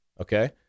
okay